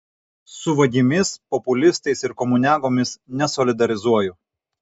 su vagimis populistais ir komuniagomis nesolidarizuoju